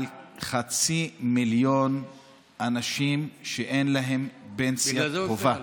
על חצי מיליון אנשים שאין להם פנסיה חובה.